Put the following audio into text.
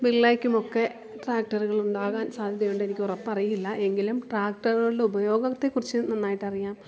ബിർളയ്ക്കും ഒക്കെ ട്രാക്ടറുകൾ ഉണ്ടാകാൻ സാധ്യതയുണ്ട് എനിക്ക് ഉറപ്പ് അറിയില്ല എങ്കിലും ട്രാക്ടറുകളുടെ ഉപയോഗത്തെക്കുറിച്ച് നന്നായിട്ട് അറിയാം